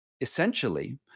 essentially